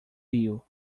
rio